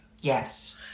Yes